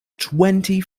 twenty